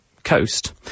coast